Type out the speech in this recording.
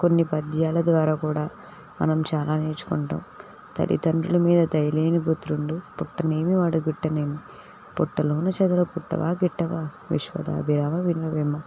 కొన్ని పద్యాల ద్వారా కూడా మనం చాలా నేర్చుకుంటాం తల్లితండ్రుల మీద దయలేని పుత్రుండు పుట్టనేమి వాడు గిట్టనేమి పుట్టలోని చెదలు పుట్టవా గిట్టవా విశ్వదాభి రామ వినురవేమా